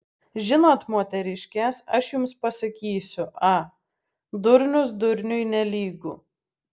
žinot moteriškės aš jums pasakysiu a durnius durniui nelygu